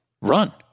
run